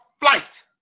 flight